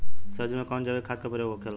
सब्जी में कवन जैविक खाद का प्रयोग होखेला?